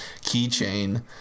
keychain